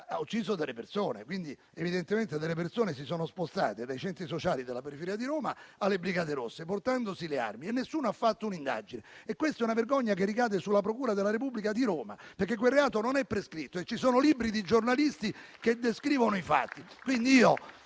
uccisi Ciavatta e Bigonzetti. Evidentemente, alcune persone si sono spostate dai centri sociali della periferia di Roma alle Brigate Rosse, portandosi le armi e nessuno ha fatto un'indagine. Questa è una vergogna che ricade sulla procura della Repubblica di Roma, perché quel reato non è prescritto e ci sono libri di giornalisti che descrivono i fatti.